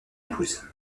épouse